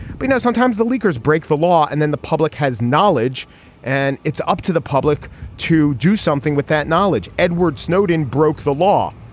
but know sometimes the leakers break the law and then the public has knowledge and it's up to the public to do something something with that knowledge. edward snowden broke the law.